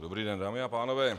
Dobrý den, dámy a pánové.